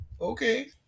Okay